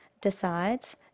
decides